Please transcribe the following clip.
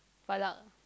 Valak